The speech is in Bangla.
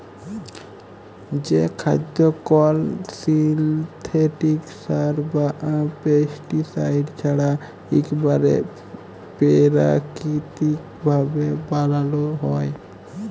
যে খাদ্য কল সিলথেটিক সার বা পেস্টিসাইড ছাড়া ইকবারে পেরাকিতিক ভাবে বানালো হয়